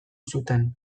zuten